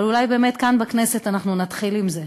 אולי באמת כאן בכנסת אנחנו נתחיל עם זה.